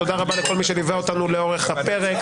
לכל מי שליווה אותנו לאורך הפרק,